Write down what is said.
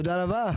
תודה רבה.